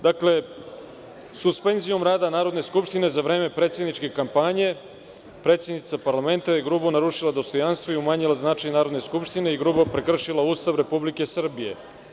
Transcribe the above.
Dakle, suspenzijom rada Narodne skupštine za vreme predsedničke kampanje, predsednica parlamenta je grubo narušila dostojanstvo i umanjila značaj Narodne skupštine i grubo prekršila Ustav Republike Srbije.